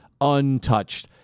untouched